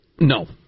No